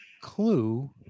clue